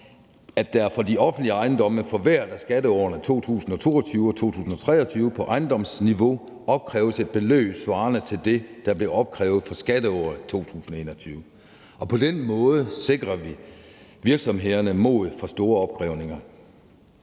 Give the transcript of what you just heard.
at der for de offentlige ejendomme for hvert af skatteårene 2022 og 2023 på ejendomsniveau opkræves et beløb svarende til det, der blev opkrævet for skatteåret 2021. På den måde sikrer vi virksomhederne mod for store opkrævninger.